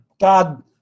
God